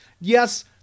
Yes